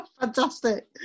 fantastic